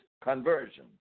conversion